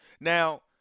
Now